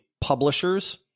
publishers